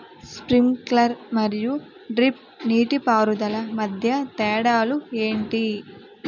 Sprinkler మరియు drip నీటిపారుదల మధ్య తేడాలు ఏంటి?